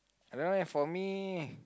I don't know eh for me